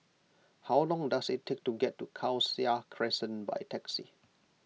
how long does it take to get to Khalsa Crescent by taxi